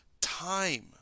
time